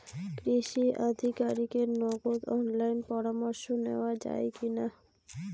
কৃষি আধিকারিকের নগদ অনলাইন পরামর্শ নেওয়া যায় কি না?